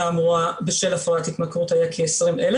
האמורה בשל הפרעת התמכרות היה כ- 20,000,